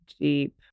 deep